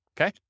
Okay